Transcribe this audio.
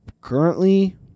currently